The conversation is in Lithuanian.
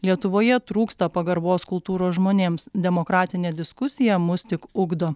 lietuvoje trūksta pagarbos kultūros žmonėms demokratinė diskusija mus tik ugdo